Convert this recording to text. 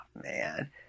man